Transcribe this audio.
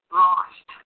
lost